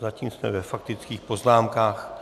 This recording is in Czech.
Zatím jsme ve faktických poznámkách.